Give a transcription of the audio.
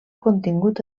contingut